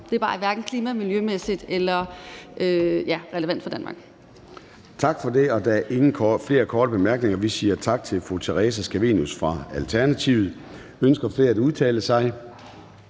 Det er bare hverken klima- eller miljømæssigt relevant for Danmark. Kl. 13:42 Formanden (Søren Gade): Tak for det, og der er ikke flere korte bemærkninger. Vi siger tak til fru Theresa Scavenius fra Alternativet. Ønsker flere at udtale sig?